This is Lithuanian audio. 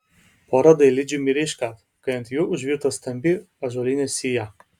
pora dailidžių mirė iškart kai ant jų užvirto stambi ąžuolinė sija